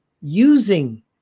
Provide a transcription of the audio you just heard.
using